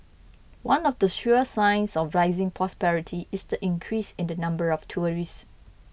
one of the sure signs of rising prosperity is the increase in the number of tourists